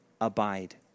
abide